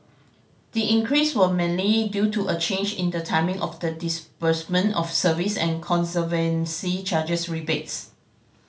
the increase was mainly due to a change in the timing of the disbursement of service and conservancy charges rebates